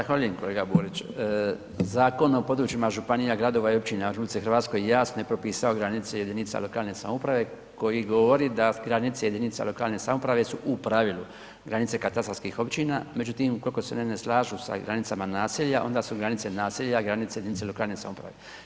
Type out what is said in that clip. Zahvaljujem kolega Borić, Zakon o područjima županija, gradova i općina u RH jasno je propisao granice jedinica lokalne samouprave koji govori da granice jedinica lokalne samouprave su u pravilu granice katastarskih općina, međutim ukoliko se one ne slažu sa granicama naselja onda su granice naselja granice jedinice lokalne samouprave.